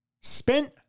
spent